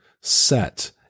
set